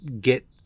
get